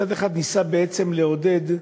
מצד אחד ניסה בעצם לעודד,